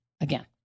again